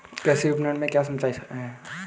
कृषि विपणन में क्या समस्याएँ हैं?